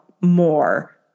more